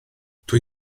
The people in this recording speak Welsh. rydw